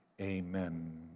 Amen